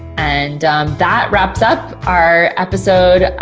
and that wraps up our episode,